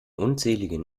unzähligen